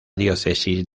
diócesis